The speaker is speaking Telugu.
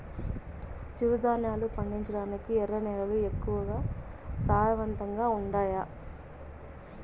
చిరుధాన్యాలు పండించటానికి ఎర్ర నేలలు ఎక్కువగా సారవంతంగా ఉండాయా